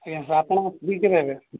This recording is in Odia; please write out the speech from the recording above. ଆପଣ ଫ୍ରି କେବେ ହେବେ